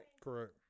Correct